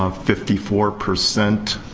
um fifty four percent